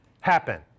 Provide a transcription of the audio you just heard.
happen